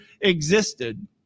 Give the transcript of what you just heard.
existed